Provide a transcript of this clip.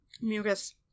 Mucus